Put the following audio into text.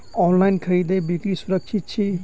online खरीदै बिक्री सुरक्षित छी